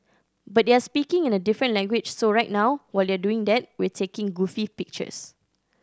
but they're speaking in a different language so right now while they're doing that we're taking goofy pictures